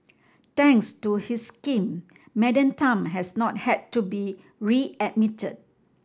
thanks to his scheme Madam Tan has not had to be readmitted